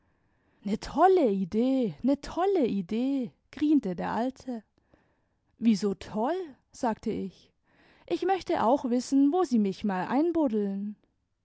ne tolle idee ne tolle ideel griente der alte wieso toll sagte ich ich möchte auch wissen wo sie mich mal einbuddeln